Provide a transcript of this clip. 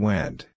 Went